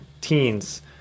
teens